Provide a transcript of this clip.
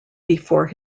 before